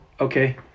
okay